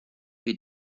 wir